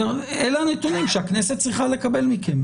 אלה הנתונים שהכנסת צריכה לקבל מכם.